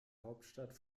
hauptstadt